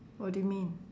what do you mean